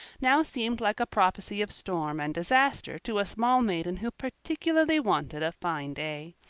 now seemed like a prophecy of storm and disaster to a small maiden who particularly wanted a fine day.